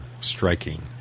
Striking